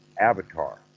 avatar